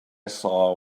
saw